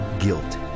guilt